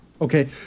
Okay